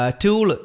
tool